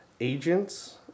agents